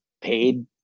paid